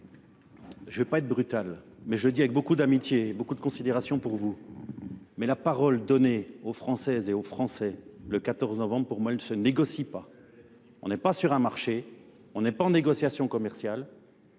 je ne vais pas être brutal, mais je le dis avec beaucoup d'amitié et beaucoup de considération pour vous, mais la parole donnée aux Français et aux Français le 14 novembre pour moi ne se négocie pas. On n'est pas sur un marché, on n'est pas en négociation commerciale,